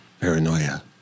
Paranoia